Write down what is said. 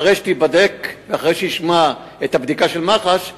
אחרי שישמע את הבדיקה של מח"ש,